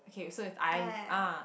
okay so it's I ah